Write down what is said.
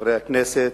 חברי הכנסת,